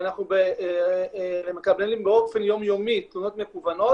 שאנחנו מקבלים באופן יום יומי תלונות מקוונות